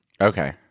Okay